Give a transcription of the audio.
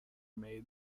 made